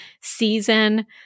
season